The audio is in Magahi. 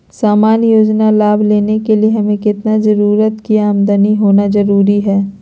सामान्य योजना लाभ लेने के लिए हमें कितना के आमदनी होना जरूरी है?